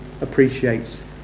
appreciates